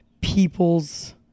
people's